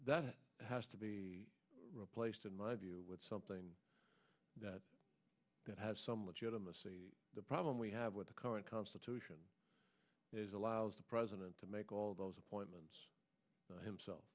that has to be replaced in my view with something that has some legitimacy the problem we have with the current constitution is allows the president to make all those appointments